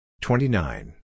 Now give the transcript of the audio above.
twenty-nine